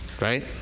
Right